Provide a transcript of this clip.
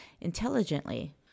intelligently